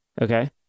Okay